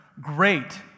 great